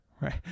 right